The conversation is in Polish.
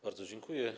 Bardzo dziękuję.